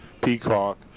peacock